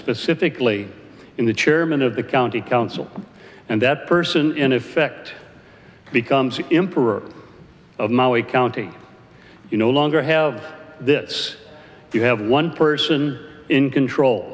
specifically in the chairman of the county council and that person in effect becomes imper of maui county you no longer have this you have one person in control